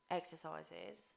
exercises